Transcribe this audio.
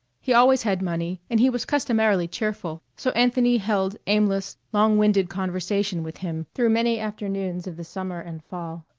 he always had money and he was customarily cheerful, so anthony held aimless, long-winded conversation with him through many afternoons of the summer and fall.